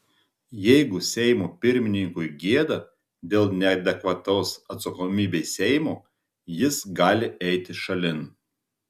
jeigu seimo pirmininkui gėda dėl neadekvataus atsakomybei seimo jis gali eiti šalin